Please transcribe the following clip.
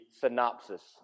synopsis